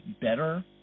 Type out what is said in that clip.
better